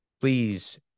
Please